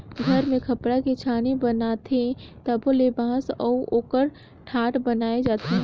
घर मे खपरा के छानी बनाथे तबो ले बांस अउ ओकर ठाठ बनाये जाथे